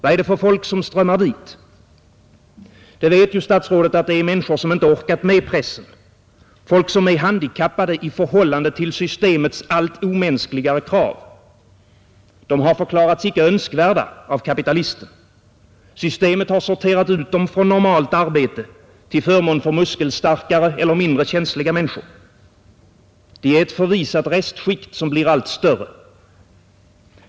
Vad är det för folk som strömmar dit? Det vet ju statsrådet att det är människor som inte orkat med pressen, folk som är handikappade i förhållande till systemets allt omänskligare krav. De har förklarats icke önskvärda av kapitalisten. Systemet har sorterat ut dem från normalt arbete till förmån för muskelstarkare eller mindre känsliga människor. De är ett förvisat restskikt som blir allt större.